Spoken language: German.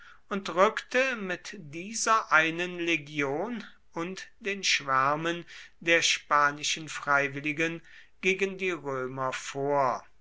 und rückte mit dieser einen legion und den schwärmen der spanischen freiwilligen gegen die römer vor